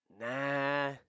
Nah